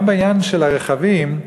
גם בעניין של הרכבים,